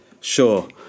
Sure